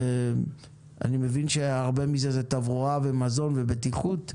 אני מבין שהרבה מזה הוא תברואה ומזון ובטיחות מזון,